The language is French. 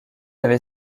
avait